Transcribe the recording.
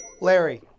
Larry